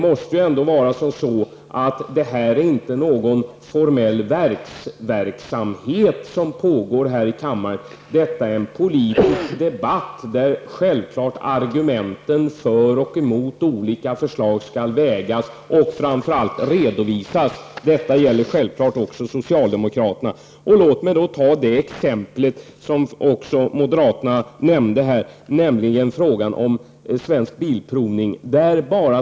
Men, snälla nån, det är inte någon formell verksverksamhet som pågår här i kammaren, utan det är en politisk debatt där självklart argumenten för och emot olika förslag skall vägas och framför allt redovisas. Detta gäller självklart också socialdemokraterna. Låt mig ta det exempel som också moderaterna nämnde, nämligen frågan om Svensk Bilprovning.